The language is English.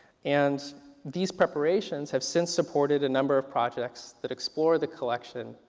and these preparations have since supported a number of projects that explore the collection.